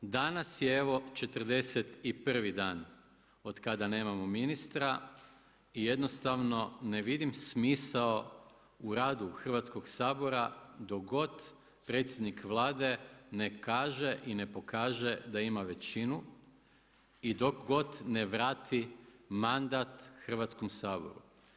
Danas je evo 41 dan otkada nemamo ministra i jednostavno ne vidim smisao u radu Hrvatskoga sabora dok god predsjednik Vlade ne kaže i ne pokaže da ima većinu i dok god ne vrati mandat Hrvatskom saboru.